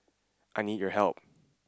I need your help